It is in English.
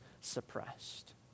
suppressed